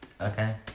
Okay